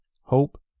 hope